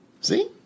See